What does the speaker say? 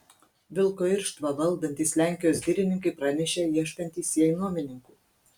vilko irštvą valdantys lenkijos girininkai pranešė ieškantys jai nuomininkų